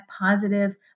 positive